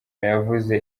yavuze